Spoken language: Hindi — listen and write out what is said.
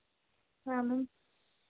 हाँ मैम